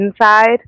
inside